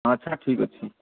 ଆଚ୍ଛା ଠିକ୍ ଅଛି